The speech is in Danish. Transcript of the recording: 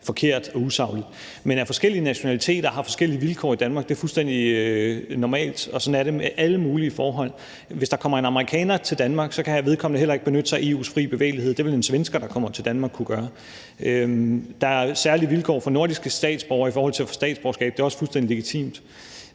forkert og usagligt. Men at forskellige nationaliteter har forskellige vilkår i Danmark, er fuldstændig normalt, og sådan er det med alle mulige forhold. Hvis der kom en amerikaner til Danmark, kunne vedkommende ikke benytte sig af EU's frie bevægelighed. Det ville en svensker, der kom til Danmark, kunne gøre. Der er særlige vilkår for nordiske statsborgere i forhold til at få statsborgerskab. Det er også fuldstændig legitimt.